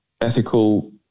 ethical